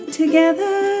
together